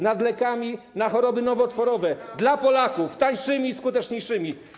Nad lekami na choroby nowotworowe dla Polaków, tańszymi i skuteczniejszymi.